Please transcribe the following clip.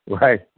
Right